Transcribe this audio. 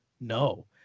no